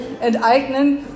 enteignen